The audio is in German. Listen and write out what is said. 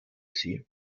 sie